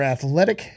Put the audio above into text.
Athletic